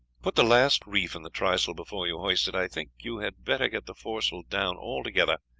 put the last reef in the trysail before you hoist it. i think you had better get the foresail down altogether,